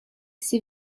ses